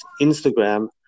instagram